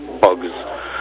bugs